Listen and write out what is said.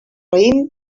raïm